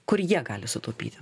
kur jie gali sutaupyti